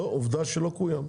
לא, עובדה לא קוים.